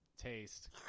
taste